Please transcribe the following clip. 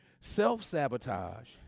Self-sabotage